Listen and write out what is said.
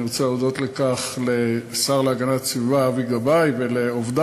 אני רוצה להודות על כך לשר להגנת הסביבה אבי גבאי ולעובדיו.